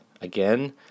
again